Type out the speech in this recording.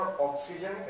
oxygen